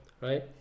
Right